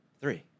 Three